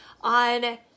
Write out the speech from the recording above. on